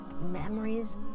Memories